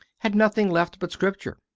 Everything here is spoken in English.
had nothing left but scripture.